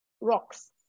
rocks